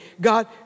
God